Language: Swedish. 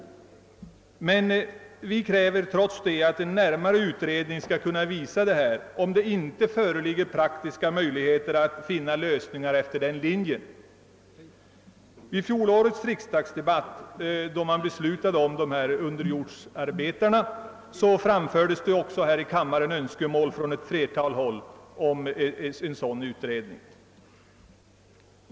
Det är alldeles riktigt, men vi anser trots det, att endast en utredning kan utvisa huruvida det inte kan föreligga praktiska möjligheter att finna lösningar efter den linjen. I fjolårets remissdebatt om gruvarbetarnas pensionsfråga framfördes också här i kammaren från flera håll önskemål om en sådan utredning.